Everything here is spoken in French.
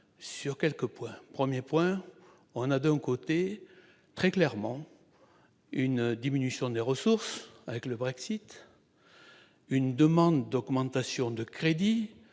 sur quelques points. Premier point, on a, d'un côté, très clairement une diminution des ressources avec le Brexit et, de l'autre, une demande d'augmentation de crédits